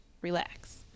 relax